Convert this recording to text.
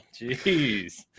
Jeez